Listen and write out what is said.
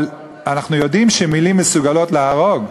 אבל אנחנו יודעים שמילים מסוגלות להרוג,